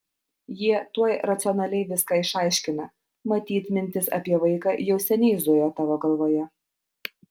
jie tuoj racionaliai viską išaiškina matyt mintis apie vaiką jau seniai zujo tavo galvoje